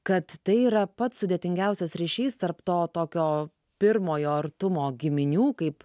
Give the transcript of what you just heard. kad tai yra pats sudėtingiausias ryšys tarp to tokio pirmojo artumo giminių kaip